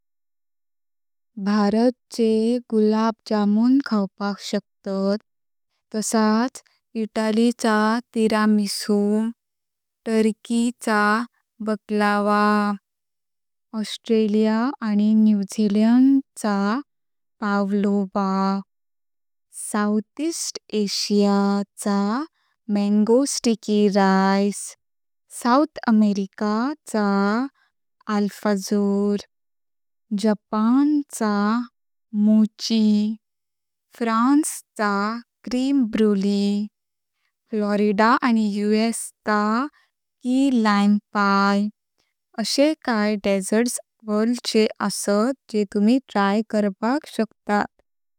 भारत चे गुलाब जामुन खावपाक शकतात। तसच् इटली चा तिरामिसु। टर्की चा बक्लावा। ऑस्ट्रेलिया आनी न्यूझीलैंड चा पावलोव्हा। साउथईस्ट एशिया चा mango sticky rice. South America चा अल्फाजोर। जपान चा मोची। फ्रान्स चा क्रेम ब्रुले। फ्लोरिडा आनी यूएसए चा की लाईम पाय। अशे काय डेसर्ट्स वर्ल्ड चे असतात जे तुम्ही ट्राय करपाक शकतात।